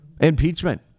impeachment